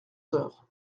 heures